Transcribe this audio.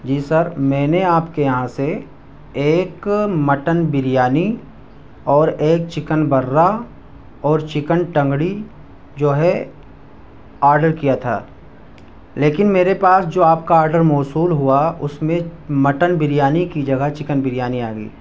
جی sir میں نے آپ کے یہاں سے ایک مٹن بریانی اور ایک چکن برا اور چکن ٹنگڑی جو ہے آرڈر کیا تھا لیکن میرے پاس جو آپ کا آرڈر موصول ہوا اس میں مٹن بریانی کی جگہ چکن بریانی آ گئی